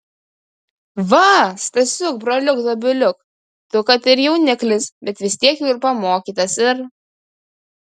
va stasiuk broliuk dobiliuk tu kad ir jauniklis bet vis tiek jau ir pamokytas ir